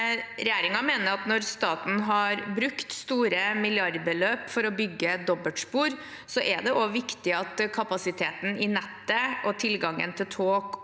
Regjeringen mener at når staten har brukt store milliardbeløp for å bygge dobbeltspor, er det viktig at kapasiteten i nettet og tilgangen til tog